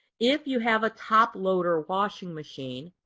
if you have a toploader washing machine,